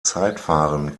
zeitfahren